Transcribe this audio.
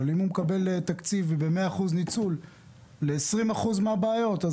אבל אם הוא מקבל תקציב רק ל-20% מהבעיות אז